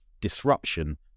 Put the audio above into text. disruption